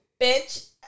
bitch